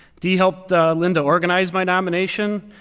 dee helped linda organize my nomination,